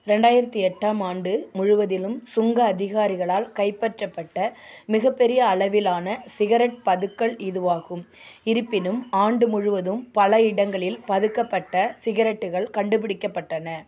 ரெண்டாயிரத்தி எட்டாம் ஆண்டு முழுவதிலும் சுங்க அதிகாரிகளால் கைப்பற்றப்பட்ட மிகப்பெரிய அளவிலான சிகரெட் பதுக்கல் இதுவாகும் இருப்பினும் ஆண்டு முழுவதும் பல இடங்களில் பதுக்கப்பட்ட சிகரெட்டுகள் கண்டுபிடிக்கப்பட்டன